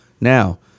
now